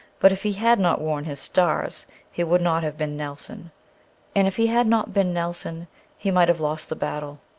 but if he had not worn his stars he would not have been nelson and if he had not been nelson he might have lost the battle.